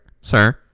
sir